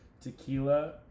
tequila